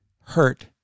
hurt